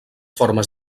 formes